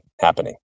happening